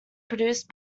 produced